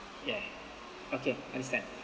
ya okay understand